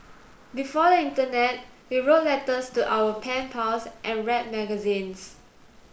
before the internet we wrote letters to our pen pals and read magazines